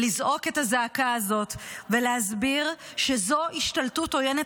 לזעוק את הזעקה הזאת ולהסביר שזאת השתלטות עוינת